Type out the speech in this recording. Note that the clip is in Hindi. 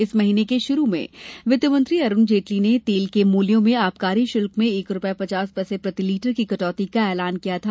इस महीने के शुरू में वित्त मंत्री अरूण जेटली ने तेल के मूल्यों में आबकारी शुल्क में एक रूपये पचास पैसे प्रति लीटर की कटौती का ऐलान किया था